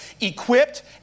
equipped